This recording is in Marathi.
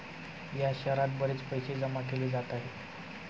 या शहरात बरेच पैसे जमा केले जात आहे